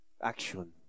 action